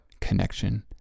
connection